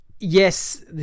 Yes